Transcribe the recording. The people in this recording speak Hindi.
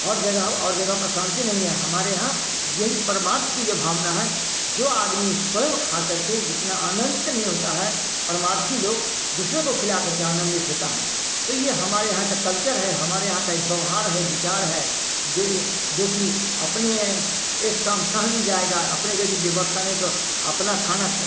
और जगह और जगह पर शांति नहीं है हमारे यहाँ यही परमार्थ की जो भावना है जो आदमी स्वयं खा करके जितना आनंदित नहीं होता है परमार्थी लोग दूसरे को खिला करके आनंदित होता है तो ये हमारे यहाँ का कल्चर है हमारे यहाँ का एक व्यवहार है विचार है जो जोकि अपने एक शाम साहनी जाएगा अपने यदि व्यवस्था नहीं है तो अपना खाना